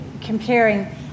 comparing